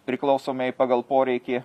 priklausomai pagal poreikį